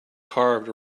carved